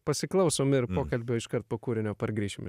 pasiklausom ir pokalbio iškart po kūrinio pargrįšim